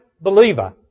believer